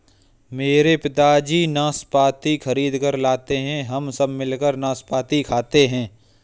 मेरे पिताजी नाशपाती खरीद कर लाते हैं हम सब मिलकर नाशपाती खाते हैं